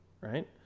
right